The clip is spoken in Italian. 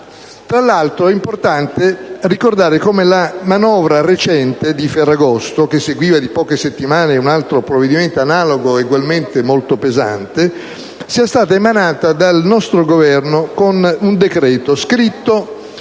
Tra l'altro è importante ricordare come la recente manovra di ferragosto (che seguiva di poche settimane un altro analogo provvedimento egualmente molto pesante) sia stata emanata dal nostro Governo con un decreto scritto